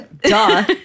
Duh